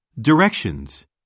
Directions